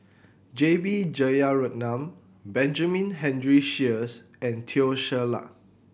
J B Jeyaretnam Benjamin Henry Sheares and Teo Ser Luck